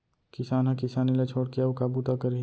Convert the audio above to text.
किसान ह किसानी ल छोड़ के अउ का बूता करही